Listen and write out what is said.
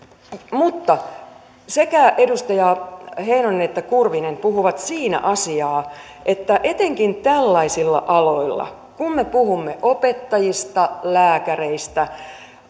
mutta sekä edustaja heinonen että edustaja kurvinen puhuvat siinä asiaa että etenkin tällaisilla aloilla kun me puhumme opettajista lääkäreistä